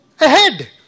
ahead